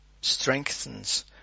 strengthens